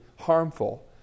harmful